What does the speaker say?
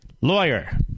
lawyer